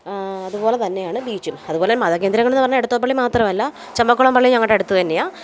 അതുപോലെ തന്നെയാണ് ബീച്ചും അതുപോലെ മതകേന്ദ്രങ്ങളെന്ന് പറഞ്ഞാൽ എടത്ത്വപള്ളി മാത്രവല്ല ചെമ്പക്കുളം പള്ളീം ഞങ്ങളുടെ അടുത്ത് തന്നെയാണ്